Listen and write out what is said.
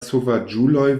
sovaĝuloj